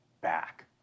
back